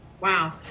Wow